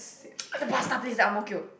ah the pasta place at Ang-Mo-Kio